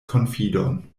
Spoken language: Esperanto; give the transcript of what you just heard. konfidon